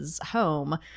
home